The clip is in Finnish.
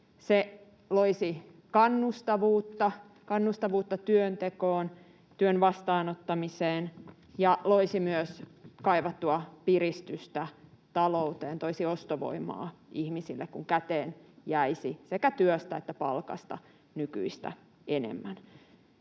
kannustavuutta työntekoon ja työn vastaanottamiseen, ja loisi myös kaivattua piristystä talouteen — toisi ostovoimaa ihmisille, kun käteen jäisi sekä työstä että palkasta nykyistä enemmän.